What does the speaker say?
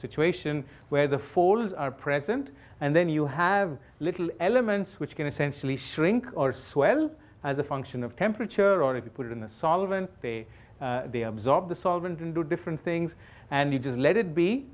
situation where the folds are present and then you have little elements which can essentially shrink or swell as a function of temperature or if you put it in a solvent they absorb the solvent and do different things and you just let it be